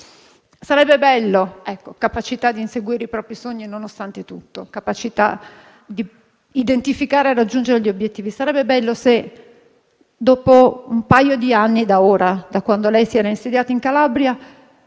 Sarebbe bello - capacità di inseguire dunque i propri sogni nonostante tutto e di identificare e raggiungere gli obiettivi - se, dopo un paio di anni da ora, da quando lei si era insediata in Calabria,